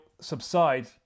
subside